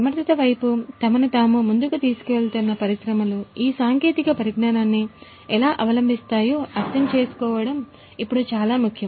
సమర్థత వైపు తమను తాము ముందుకు తీసుకువెళుతున్న పరిశ్రమలు ఈ సాంకేతిక పరిజ్ఞానాన్ని ఎలా అవలంబిస్తాయో అర్థం చేసుకోవడం ఇప్పుడు చాలా ముఖ్యం